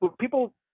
people